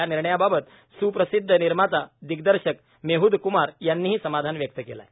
या निर्णयाबाबत स्प्रिसिद्ध निर्माता दिग्दर्शक मेहद क्मार यांनीही समाधान व्यक्त केलं आहे